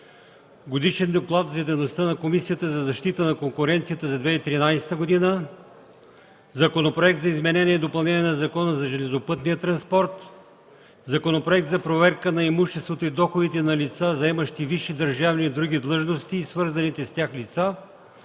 Годишен доклад за дейността на Комисията за защита на конкуренцията за 2013 г.; - Законопроект за изменение и допълнение на Закона за железопътния транспорт; - Законопроект за проверка на имуществото и доходите на лица, заемащи висши държавни и други длъжности, и свързаните с тях лица;